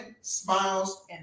smiles